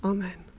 Amen